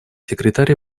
секретарь